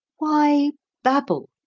why babble?